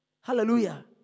Hallelujah